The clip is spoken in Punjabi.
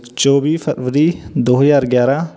ਚੌਵੀ ਫਰਵਰੀ ਦੋ ਹਜ਼ਾਰ ਗਿਆਰਾਂ